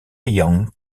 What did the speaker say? young